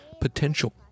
potential